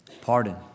Pardon